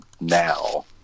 now